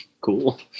cool